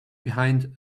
behind